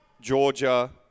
Georgia